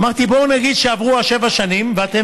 אמרתי: בואו נגיד שעברו השבע שנים ואתם